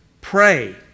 pray